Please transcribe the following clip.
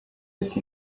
ati